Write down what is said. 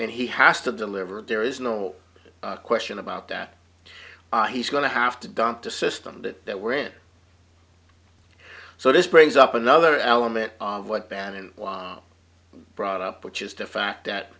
and he has to deliver there is no question about that he's going to have to dump the system but that we're in so this brings up another element of what ben and was brought up which is to fact that